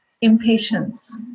impatience